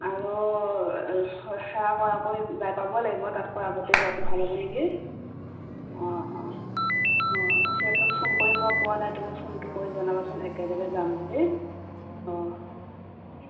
আৰু সেৱা কৰাকৈ যাই পাব লাগিব তাতকৈ আগতে যোৱাটো ভাল হ'ব নেকি অঁ অঁ অঁ সিহঁতক ফোন কৰি মই পোৱা নাই তুমি ফোনটো কৰি জনাবাচোন একেলগে যাম বুলি অঁ